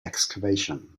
excavation